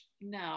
no